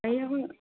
হেৰি আকৌ